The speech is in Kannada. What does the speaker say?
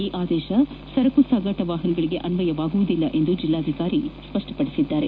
ಈ ಆದೇಶ ಸರಕು ಸಾಗಾಣೆ ವಾಹನಗಳಿಗೆ ಅನ್ವಯಿಸುವುದಿಲ್ಲ ಎಂದು ಜೆಲ್ಲಾಧಿಕಾರಿ ತಿಳಿಸಿದ್ದಾರೆ